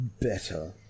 better